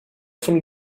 von